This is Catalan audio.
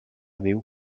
diu